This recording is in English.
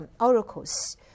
oracles